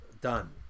done